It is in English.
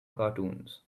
cartoons